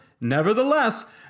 nevertheless